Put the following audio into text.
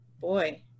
boy